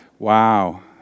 wow